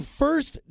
first